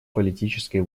политической